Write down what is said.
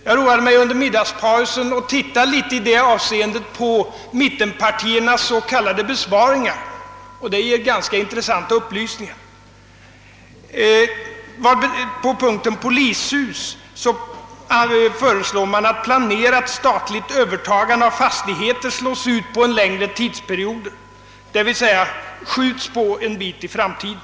Jag roade mig under middagspausen med att se på mittenpartiernas s.k. besparingar, och det gav ganska intressanta upplysningar. På punkten Polishus föreslår man att planerat statligt övertagande av fastigheter slås ut på en längre tidsperiod, d.v.s. skjuts en bit på framtiden.